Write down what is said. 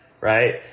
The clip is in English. right